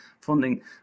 funding